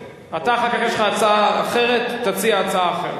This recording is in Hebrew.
אחר כך יש לך הצעה אחרת, תציע הצעה אחרת.